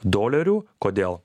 dolerių kodėl